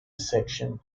section